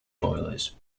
boilers